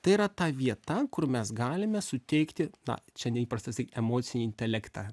tai yra ta vieta kur mes galime suteikti na čia neįprasta sak emocinį intelektą